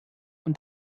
und